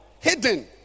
hidden